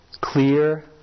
clear